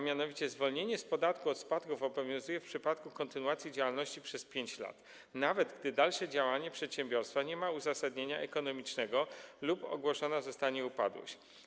Mianowicie zwolnienie z podatku od spadku obowiązuje w przypadku kontynuacji działalności przez 5 lat, nawet gdy dalsze działanie przedsiębiorstwa nie ma uzasadnienia ekonomicznego lub ogłoszona zostanie upadłość.